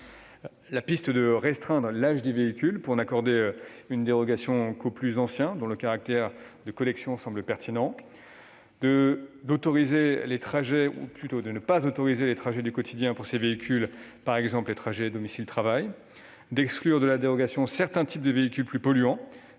exemple à restreindre l'âge des véhicules, pour n'accorder une dérogation qu'aux plus anciens, dont le caractère de collection semble pertinent ; à ne pas autoriser les trajets du quotidien pour ces véhicules, par exemple ceux entre le domicile et le lieu de travail ; à exclure de la dérogation certains types de véhicules plus polluants,